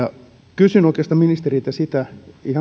kysyn oikeastaan ministeriltä sitä koskien ihan